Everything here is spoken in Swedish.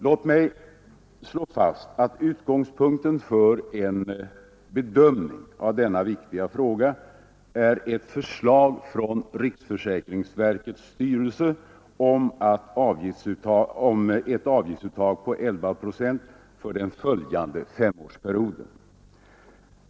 Låt mig slå fast att utgångspunkten för en bedömning av denna viktiga fråga är förslaget från riksförsäkringsverkets styrelse om ett avgiftsuttag på 11 procent för den följande femårsperioden.